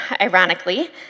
ironically